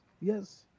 yes